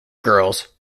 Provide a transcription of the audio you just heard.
girls